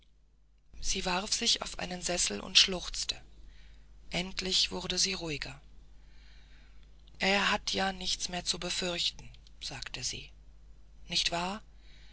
sie warf sich auf einen sessel und schluchzte endlich wurde sie ruhiger er hat ja nichts mehr zu befürchten sagte sie nicht wahr